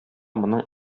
моның